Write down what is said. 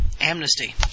Amnesty